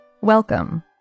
Welcome